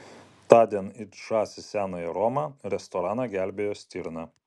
tądien it žąsys senąją romą restoraną gelbėjo stirna